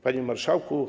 Panie Marszałku!